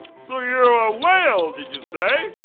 so you're a whale, did you say?